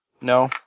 No